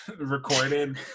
recorded